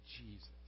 Jesus